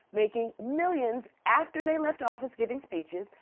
making millions after they left office giving speeches.